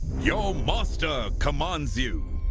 your master commands you!